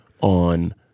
on